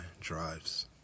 drives